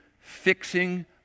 Fixing